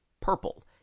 purple